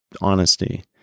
honesty